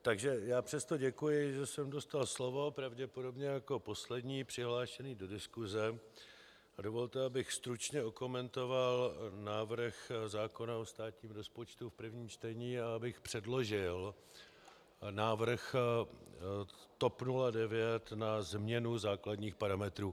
Takže já přesto děkuji, že jsem dostal slovo, pravděpodobně jako poslední přihlášený do diskuse, a dovolte, abych stručně okomentoval návrh zákona o státním rozpočtu v prvním čtení a abych předložil návrh TOP 09 na změnu základních parametrů.